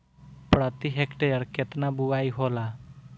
प्रति हेक्टेयर केतना बुआई होला?